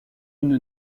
une